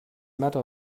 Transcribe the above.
matter